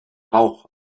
rauch